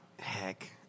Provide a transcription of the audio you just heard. heck